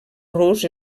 rus